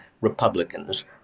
Republicans